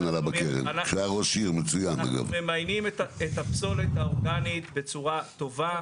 אנחנו ממיינים את הפסולת האורגנית בצורה טובה.